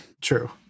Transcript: True